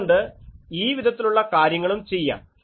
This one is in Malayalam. അതുകൊണ്ട് ഈ വിധത്തിലുള്ള കാര്യങ്ങളും ചെയ്യാം